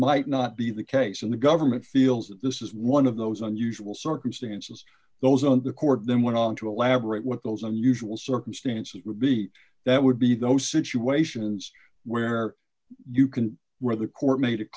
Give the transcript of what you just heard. might not be the case and the government feels that this is one of those unusual circumstances those on the court then went on to elaborate what those unusual circumstances would be that would be those situations where you can where the court made it